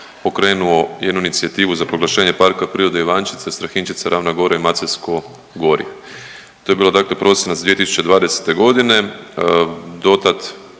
pokrenuo jednu inicijativu za proglašenje PP Ivančica, STrahinjčica, Ravna gora i Maceljsko gorje to je bilo prosinac 2020.g.